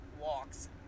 walks